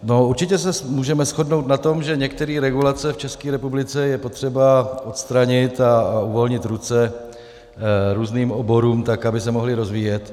No, určitě se můžeme shodnout na tom, že některé regulace v České republice je potřeba odstranit a uvolnit ruce různým oborům tak, aby se mohly rozvíjet.